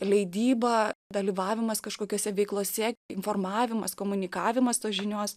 leidyba dalyvavimas kažkokiose veiklose informavimas komunikavimas tos žinios